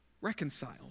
reconciled